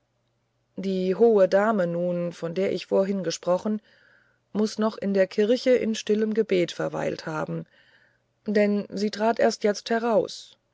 die hohe dame nun von der ich vorhin gesprochen muß noch in der kirche in stillem gebet verweilt haben denn sie trat erst jetzt heraus